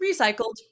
Recycled